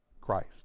Christ